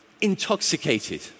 intoxicated